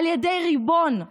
על ידי ריבון,